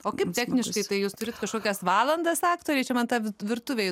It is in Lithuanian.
o kaip techniškai tai jūs turite kažkokias valandas aktoriai čia man ta virtuvė